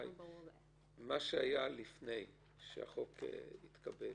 מה שהיה לפני שהחוק התקבל,